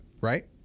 Right